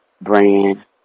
brand